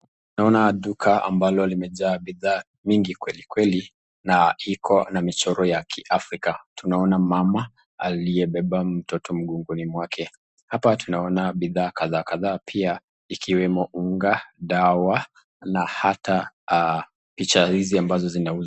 Naona duka ambalo limejaa bidhaa mingi kwelikweli na iko na michoro ya Kiafrika, tunaona mama aliyebeba mtoto mgongoni mwake, hapa tunaona bidhaa kadhaa pia ikiwemo unga, dawa na hata picha hizi ambazo zinauzwa.